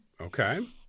Okay